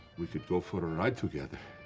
we could go for a ride together,